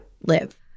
live